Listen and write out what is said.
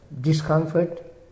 discomfort